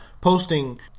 posting